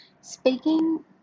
speaking